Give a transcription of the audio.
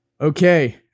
Okay